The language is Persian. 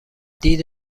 دید